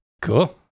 Cool